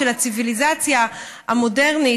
של הציביליזציה המודרנית,